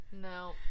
No